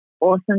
awesome